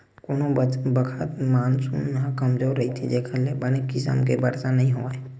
कोनो बखत मानसून ह कमजोर रहिथे जेखर ले बने किसम ले बरसा नइ होवय